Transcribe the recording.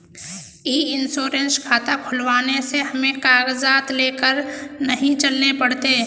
ई insurance खाता खुलवाने से हमें कागजात लेकर नहीं चलने पड़ते